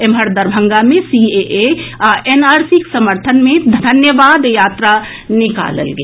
एम्हर दरभंगा मे सीएए आ एनआरसीक समर्थन मे धन्यवाद यात्रा निकालल गेल